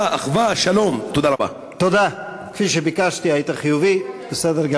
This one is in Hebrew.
לפתע קם טרוריסט יהודי, חיית אדם,